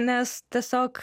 nes tiesiog